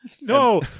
No